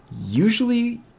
Usually